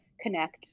connect